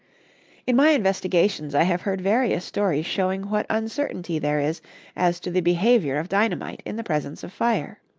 in my investigations i have heard various stories showing what uncertainty there is as to the behavior of dynamite in the presence of fire.